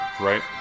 right